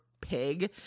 pig